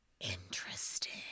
Interesting